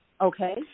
Okay